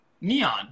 Neon